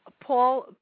Paul